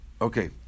Okay